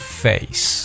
face